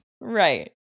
Right